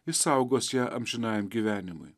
išsaugos ją amžinajam gyvenimui